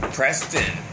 Preston